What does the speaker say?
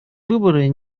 выборы